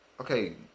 okay